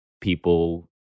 people